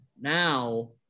Now